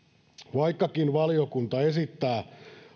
vaikkakin valiokunta esittää